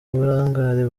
uburangare